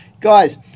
guys